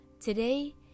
Today